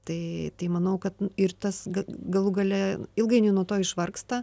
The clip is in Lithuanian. tai tai manau kad ir tas galų gale ilgainiui nuo to išvargsta